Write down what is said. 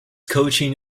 coaching